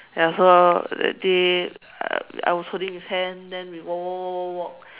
ya so that day I I was holding his hand then we walk walk walk walk walk